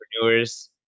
entrepreneurs